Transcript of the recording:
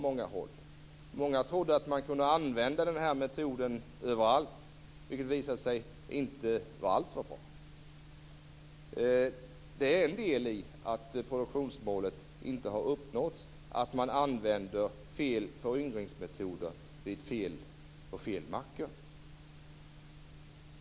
Många trodde att man kunde använda den metoden överallt, men det var inte alls bra. Att man använder fel föryngringsmetoder på fel marker är en del i att produktionsmålet inte har uppnåtts.